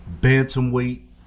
bantamweight